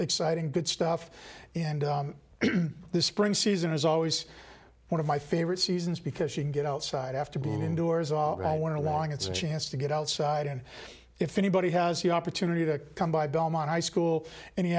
exciting good stuff and the spring season is always one of my favorite seasons because you can get outside after being indoors all i want to long it's a chance to get outside and if anybody has the opportunity to come by belmont high school in the